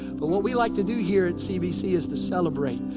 but what we like to do here at cbc is to celebrate.